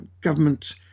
government